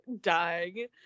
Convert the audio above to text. dying